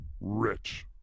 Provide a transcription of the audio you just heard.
Rich